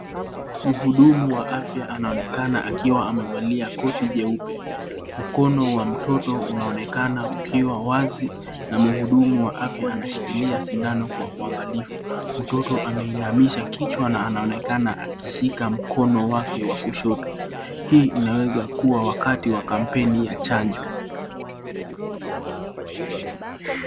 Mhudumu wa afya anaonekana akiwa amevalia koti jeupe. Mkono wa mtoto unaonekana ukiwa wazi na mhudumu wa afya anashikilia sindano kwa uangalifu. Mtoto ameinamisha kichwa na anaonekana akishika mkono wake wa kushoto. Hii inaweza kuwa wakati wa kampeni ya chanjo.